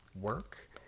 work